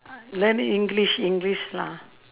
learn english english lah